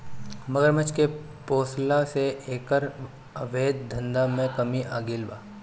मगरमच्छ के पोसला से एकर अवैध धंधा में कमी आगईल बा